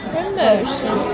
Promotion